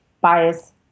bias